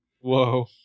Whoa